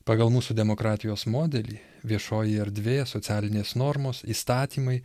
pagal mūsų demokratijos modelį viešoji erdvė socialinės normos įstatymai